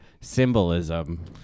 symbolism